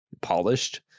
polished